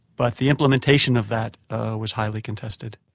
but the implementation of that was highly contested.